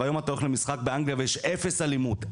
והיום אתה הולך למשחק באנגליה ויש אפס אלימות,